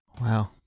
wow